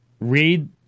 read